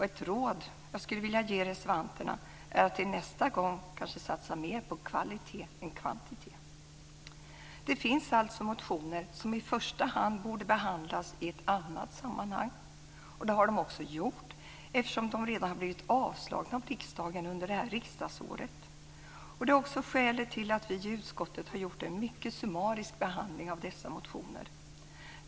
Ett råd som jag skulle vilja ge reservanterna är att de till nästa gång kanske ska satsa mer på kvalitet än kvantitet. Det finns alltså motioner som i första hand borde behandlas i ett annat sammanhang. Det har också gjorts eftersom de redan har blivit avslagna av riksdagen under det här riksdagsåret. Det är också skälet till att vi i utskottet har gjort en mycket summarisk behandling av dessa motioner.